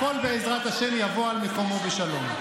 הכול, בעזרת השם, יבוא על מקומו בשלום.